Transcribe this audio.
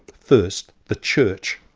first, the church,